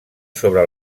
sobre